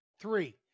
Three